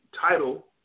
title